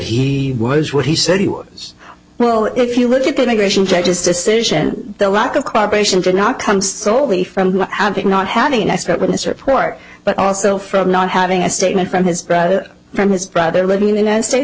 he was what he said he was well if you look at the immigration judge's decision the lack of cooperation did not come stoli from having not having an expert witness report but also from not having a statement from his brother from his brother would mean the united states